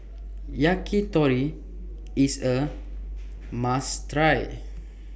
Yakitori IS A must Try